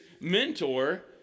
mentor